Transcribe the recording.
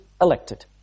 elected